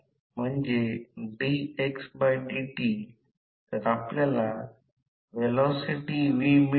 परंतु या भागासाठी हे r2 ' 1 s येथे कोर लॉस अल्फा हे होय सरलीकरण काढल्यास वजा करावे लागेल